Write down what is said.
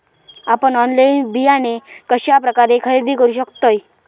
आपन ऑनलाइन बियाणे कश्या प्रकारे खरेदी करू शकतय?